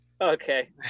Okay